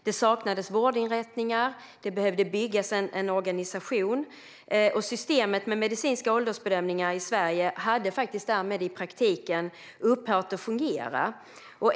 Det saknades vårdinrättningar, och det behövde byggas en organisation. Systemet med medicinska åldersbedömningar i Sverige hade därmed i praktiken upphört att fungera.